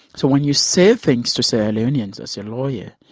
so when you say things to sierra leoneans as a lawyer,